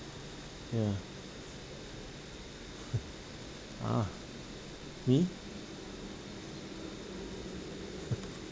ya ah me